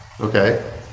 Okay